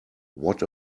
what